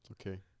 Okay